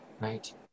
Right